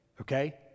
okay